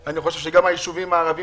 אני רק לא רוצה לעשות את זה בוועדה.